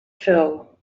fell